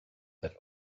that